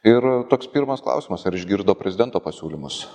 ir toks pirmas klausimas ar išgirdo prezidento pasiūlymus